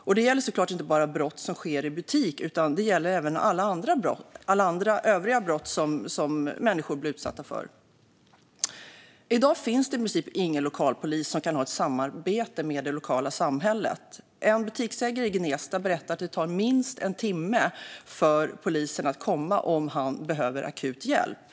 Detta gäller såklart inte bara brott som sker i butik, utan det gäller även alla övriga brott som människor blir utsatta för. I dag finns det i princip ingen lokalpolis som kan ha ett samarbete med det lokala samhället. En butiksägare i Gnesta berättar att det tar minst en timme för polisen att komma om han behöver akut hjälp.